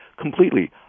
completely